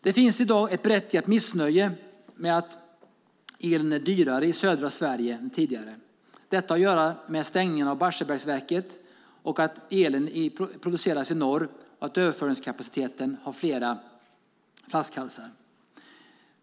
Det finns i dag ett berättigat missnöje med att elen är dyrare i södra Sverige än tidigare. Detta har att göra med stängningen av Barsebäcksverket, att elen produceras i norr och att det finns flera flaskhalsar i överföringskapaciteten.